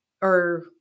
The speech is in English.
or-